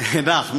הוא נח.